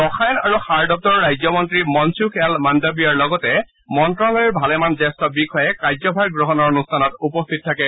ৰসায়ন আৰু সাৰ দপ্তৰৰ ৰাজ্য মন্ত্ৰী মনসুখ এল মান্দাৱিয়াৰ লগতে মন্ত্ৰালয়ৰ ভালেমান জ্যেষ্ঠ বিষয়া কাৰ্যভাৰ গ্ৰহণৰ অনুষ্ঠানত উপস্থিত থাকে